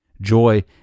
joy